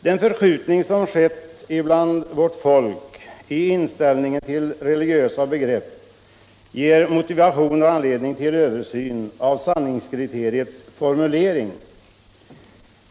Den förskjutning som skett hos vårt folk i inställningen till religiösa begrepp ger motivation och anledning till översyn av sanningskriteriets formulering.